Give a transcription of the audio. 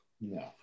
No